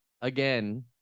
again